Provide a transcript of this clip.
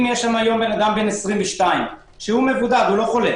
אם יש שם היום אדם בן 22, שהוא מבודד לא חולה